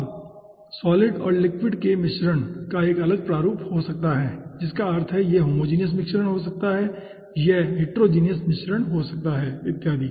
अब सॉलिड और लिक्विड के मिश्रण का एक अलग प्रारूप हो सकता है जिसका अर्थ है कि यह होमोजीनियस मिश्रण हो सकता है यह हिटेरोजीनियस मिश्रण हो सकता है इत्यदि